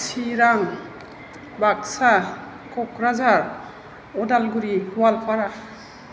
Chirang Baksa Kokrajhar Udalguri Goalpara